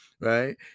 Right